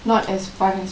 not as fun as